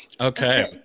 Okay